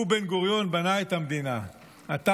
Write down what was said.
הוא,